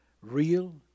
real